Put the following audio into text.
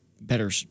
better